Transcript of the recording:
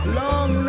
long